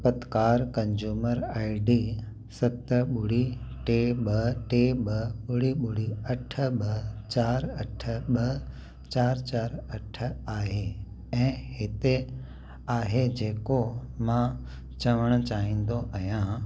खपतकार consumer ID सत ॿुड़ी टे ॿ टे ॿ ॿुड़ी ॿुड़ी अठ ॿ चार अठ ॿ चार चार अठ आहे ऐं हिते आहे जेको मां चवणु चाहींदो आहियां